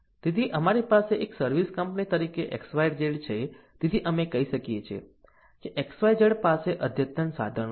તેથી અમારી પાસે એક સર્વિસ કંપની તરીકે XYZ છે તેથી અમે કહીએ છીએ કે XYZ પાસે અદ્યતન સાધનો છે